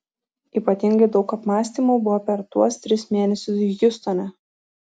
ypatingai daug apmąstymų buvo per tuos tris mėnesius hjustone